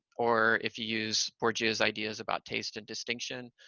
or if you use borges' ideas about taste and distinction,